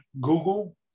Google